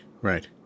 right